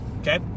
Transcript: okay